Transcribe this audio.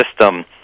system